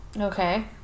Okay